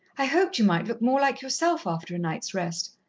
i hoped you might look more like yourself, after a night's rest.